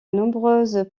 nombreuses